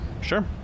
sure